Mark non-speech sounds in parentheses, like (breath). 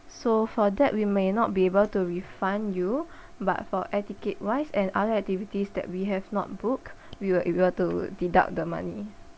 so for that we may not be able to refund you (breath) but for air ticket wise and other activities that we have not booked (breath) we will able to deduct the money